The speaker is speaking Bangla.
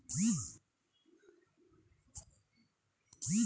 ইরিও ফাইট মাকোর কোন শস্য দেখাইয়া যায়?